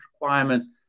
requirements